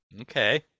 Okay